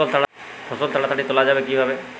ফসল তাড়াতাড়ি তোলা যাবে কিভাবে?